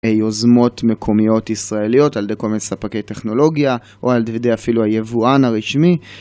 יוזמות מקומיות ישראליות על ידי כל מיני ספקי טכנולוגיה או על ידי אפילו היבואן הרשמי.